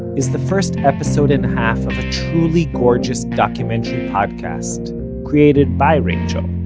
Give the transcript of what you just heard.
is the first episode-and-a-half of a truly gorgeous documentary podcast created by rachael,